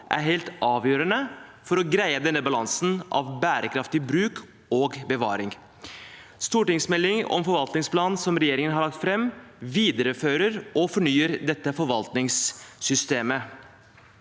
er helt avgjørende for å greie balansen med bærekraftig bruk og bevaring. Stortingsmeldingen om forvaltningsplaner som regjeringen har lagt fram, viderefører og fornyer dette forvaltningssystemet.